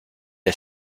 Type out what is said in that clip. est